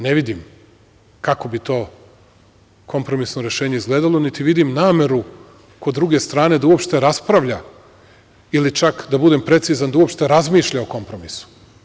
Ne vidim kako bi to kompromisno rešenje izgledalo, niti vidim nameru kod druge strane da uopšte raspravlja ili čak da budem precizan, da uopšte razmišlja o kompromisu.